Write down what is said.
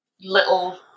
little